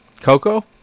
Coco